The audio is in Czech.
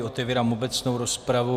Otevírám obecnou rozpravu.